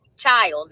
child